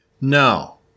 No